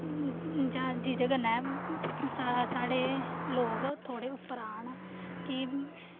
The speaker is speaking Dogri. जां जेह्दे कन्नै सा साढ़े लोक थोह्ड़े उप्पर आह्न कि